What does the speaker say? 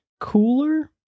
Cooler